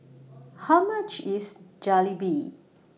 How much IS Jalebi